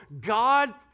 God